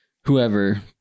Whoever